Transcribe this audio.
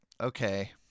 Okay